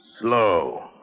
Slow